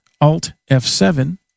Alt-F7